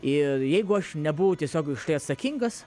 ir jeigu aš nebuvau tiesiogiai už tai atsakingas